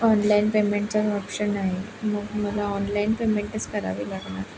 online पेमेंटचं option आहे मग मला ऑनलाईन पेमेंटच करावे लागणार